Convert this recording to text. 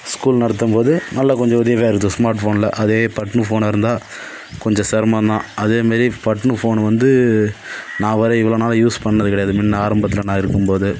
school நடத்தும் போது நல்லா கொஞ்சம் உதவியாக இருந்துச்சு ஸ்மார்ட் ஃபோனில் அதே பட்டனு ஃபோனாக இருந்தால் கொஞ்சம் சிரமம்தான் அதே மாரி பட்டனு ஃபோனு வந்து நான் வேறு இவ்வளோ நாளாக யூஸ் பண்ணது கிடையாது முன்ன ஆரம்பத்தில் நான் இருக்கும்போது